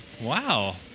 Wow